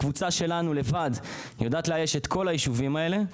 הקבצוה שלנו לבד יודעת לאייש את כל הישובים האלה,